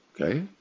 Okay